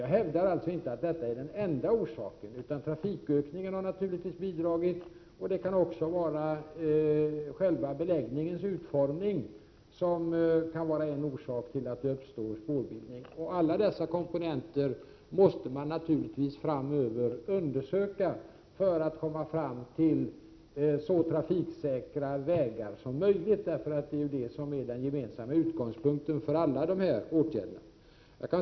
Jag hävdar alltså inte att dubbdäcken är den enda orsaken, utan trafikökningen har naturligtvis bidragit, och själva beläggningens utformning kan också vara en orsak till att det uppstår spårbildning. Alla dessa komponenter måste man naturligtvis framöver undersöka för att vi skall få så trafiksäkra vägar som möjligt, för det är ju den gemensamma utgångspunkten för alla dessa åtgärder.